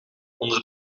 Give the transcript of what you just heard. onder